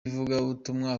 ivugabutumwa